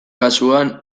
kasuan